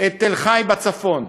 את מכללת תל-חי בצפון,